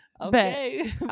okay